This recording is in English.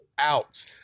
out